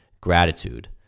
gratitude